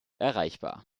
erreichbar